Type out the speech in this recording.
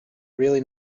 really